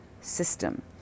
system